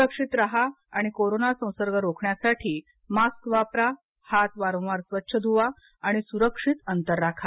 सुरक्षित राहा आणि कोरोना संसर्ग रोखण्यासाठी मास्क वापरा हात वारंवार स्वच्छ धुवा सुरक्षित अंतर ठेवा